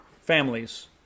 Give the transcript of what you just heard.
families